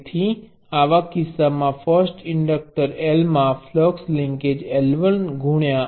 તેથી આવા કિસ્સામાં ફર્સ્ટ ઈન્ડકટર L માં ફ્લક્સ લિન્કેજ L1 I1 છે